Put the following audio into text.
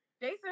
Jason